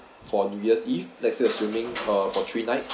for new year's eve let's say assuming uh for three nights